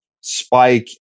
Spike